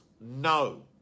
no